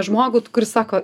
žmogų kuris sako